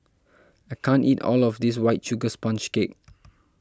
I can't eat all of this White Sugar Sponge Cake